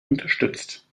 unterstützt